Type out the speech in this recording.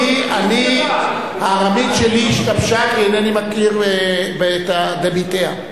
הארמית שלי השתבשה, כי אינני מכיר את "דביתיה".